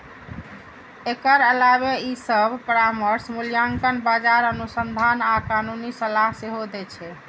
एकर अलावे ई सभ परामर्श, मूल्यांकन, बाजार अनुसंधान आ कानूनी सलाह सेहो दै छै